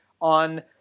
on